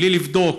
בלי לבדוק,